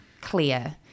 clear